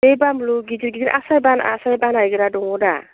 बे बानलु गिदिर गिदिर आसार बानायग्रा दङ दा